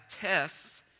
tests